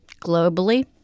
globally